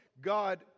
God